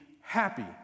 happy